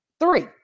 Three